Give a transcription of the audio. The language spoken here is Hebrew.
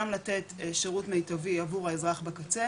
גם לתת שירות מיטבי עבור האזרח בקצה,